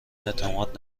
اعتماد